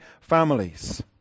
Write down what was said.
families